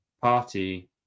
party